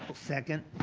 second.